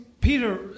Peter